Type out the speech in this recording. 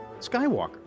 Skywalker